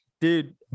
dude